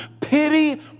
Pity